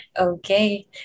Okay